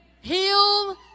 heal